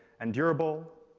and durable.